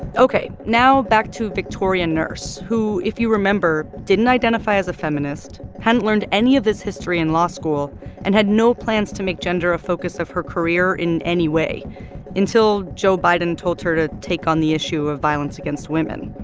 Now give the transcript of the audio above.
ok. now back to victoria nourse who, if you remember, didn't identify as a feminist, hadn't learned any of this history in law school and had no plans to make gender a focus of her career in any way until joe biden told her to take on the issue of violence against women.